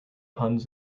puns